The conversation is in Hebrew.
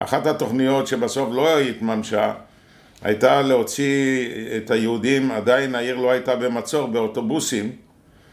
אחת התוכניות שבסוף לא התממשה הייתה להוציא את היהודים, עדיין העיר לא הייתה במצור, באוטובוסים